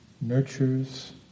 nurtures